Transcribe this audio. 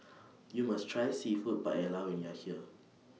YOU must Try Seafood Paella when YOU Are here